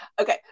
Okay